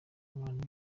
abantu